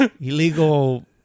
illegal